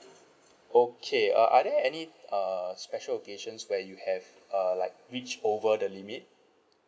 okay uh are there any err special occasions where you have err like reached over the limit